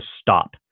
stop